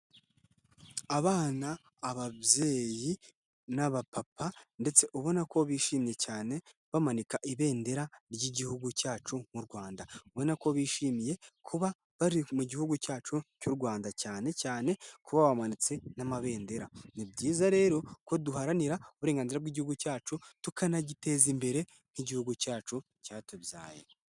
Abana, ababyeyi, n'aba papa, ndetse ubona ko bishimye cyane bamanika ibendera ry'igihugu cyacu mu Rwanda. Ubonako bishimiye kuba bari mu gihugu cyacu cy'u Rwanda cyane cyane kuba bamanitse n'amabendera, ni byiza rero ko duharanira uburenganzira bw'igihugu cyacu tukanagiteza imbere nk'igihugu cyacu cyatubyaye.